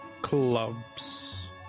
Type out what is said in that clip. clubs